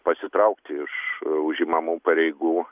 pasitraukti iš užimamų pareigų